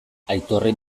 aitorren